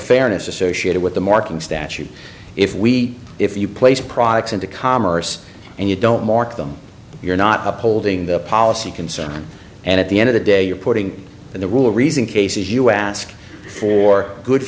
fairness associated with the marking statute if we if you place products into commerce and you don't mark them you're not upholding the policy concern and at the end of the day you're putting in the rule of reason cases you ask for good